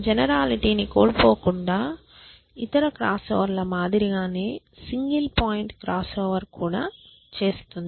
generality ని కోల్పోకుండా ఇతర క్రాస్ఓవర్ ల మాదిరిగానే సింగల్ పాయింట్ క్రాస్ఓవర్ కూడా చేస్తుంది